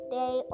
day